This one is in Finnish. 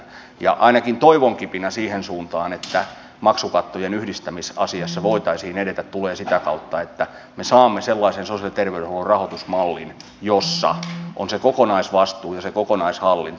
ja ainakin toivon kipinä siihen suuntaan että maksukattojen yhdistämisasiassa voitaisiin edetä tulee sitä kautta että me saamme sellaisen sosiaali ja terveydenhuollon rahoitusmallin jossa on se kokonaisvastuu ja se kokonaishallinta